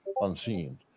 unseen